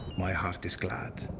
my heart is glad.